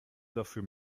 dafür